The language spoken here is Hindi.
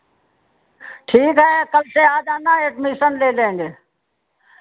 ठीक है कल से आ जाना एडमिशन ले लेंगे